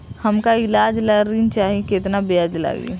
हमका ईलाज ला ऋण चाही केतना ब्याज लागी?